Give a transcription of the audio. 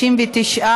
59,